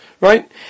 right